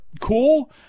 cool